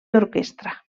orquestra